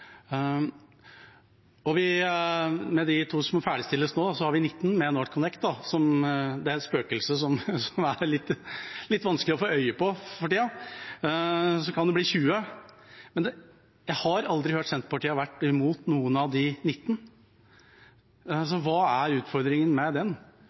må vi stille spørsmålet: Hvor mange strømkabler har Norge? Med de to som ferdigstilles nå, har vi 19 strømkabler. Med NorthConnect – et spøkelse som det er litt vanskelig å få øye på for tida – kan det bli 20. Jeg har aldri hørt at Senterpartiet har vært imot noen av de 19,